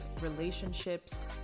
relationships